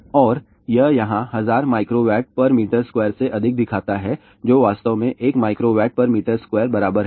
और यह यहाँ 1000 micro watt per metre square से अधिक दिखाता है जो वास्तव में 1 mWm2 बराबर है